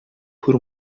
por